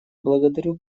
благодарю